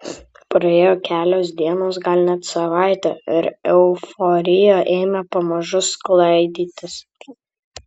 praėjo kelios dienos gal net savaitė ir euforija ėmė pamažu sklaidytis